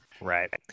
Right